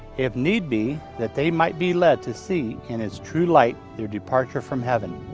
if need be, that they might be led to see in its true light their departure from heaven.